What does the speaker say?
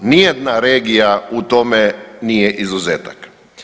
Ni jedna regija u tome nije izuzetak.